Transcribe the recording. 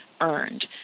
earned